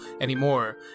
anymore